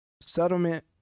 Settlement